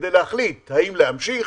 כדי להחליט האם להמשיך